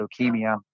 leukemia